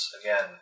again